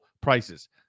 prices